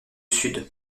sud